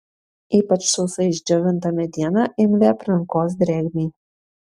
ypač sausai išdžiovinta mediena imli aplinkos drėgmei